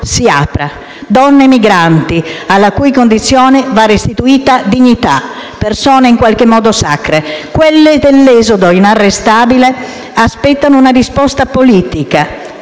si aprano; donne migranti, alla cui condizione va restituita dignita, persone in qualche modo sacre; quelle dell’esodo inarrestabile, che aspettano una risposta politica